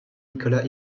nicolas